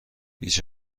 هیچ